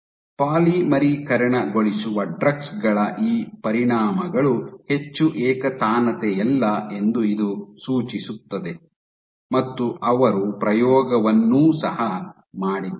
ಪಾಲಿಮರೀಕರಣಗೊಳಿಸುವ drugs ಗಳ ಈ ಪರಿಣಾಮಗಳು ಹೆಚ್ಚು ಏಕತಾನತೆಯಲ್ಲ ಎಂದು ಇದು ಸೂಚಿಸುತ್ತದೆ ಮತ್ತು ಅವರು ಪ್ರಯೋಗವನ್ನೂ ಸಹ ಮಾಡಿದ್ದಾರೆ